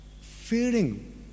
feeling